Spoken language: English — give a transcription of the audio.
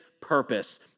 purpose